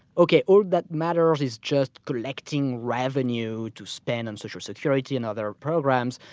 okay, all that matters is just collecting revenue to spend on social security and other programs,